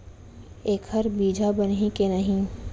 एखर बीजहा बनही के नहीं?